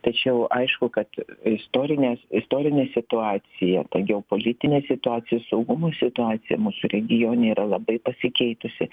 tačiau aišku kad istorinės istorinė situacija ta geopolitinė situacija saugumo situacija mūsų regione yra labai pasikeitusi